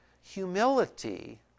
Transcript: Humility